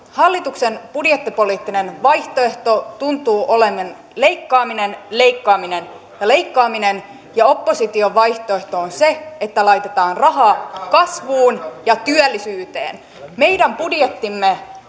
kerron hallituksen budjettipoliittinen vaihtoehto tuntuu olevan leikkaaminen leikkaaminen ja leikkaaminen ja opposition vaihtoehto on se että laitetaan rahaa kasvuun ja työllisyyteen meidän budjettimme